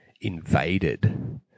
invaded